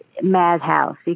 madhouse